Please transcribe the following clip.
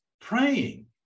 praying